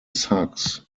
sucks